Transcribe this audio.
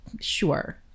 sure